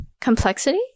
Complexity